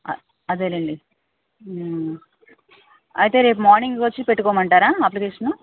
అదేలేండి అయితే రేపు మార్నింగ్ వచ్చి పెట్టుకోమంటారా అప్లికేషను